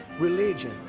religion.